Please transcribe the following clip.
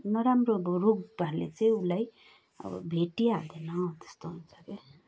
नराम्रो रोगहरूले चाहिँ उसलाई अब भेटी हाल्दैन त्यस्तो हुन्छ क्या